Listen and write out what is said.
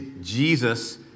Jesus